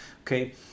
okay